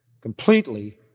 completely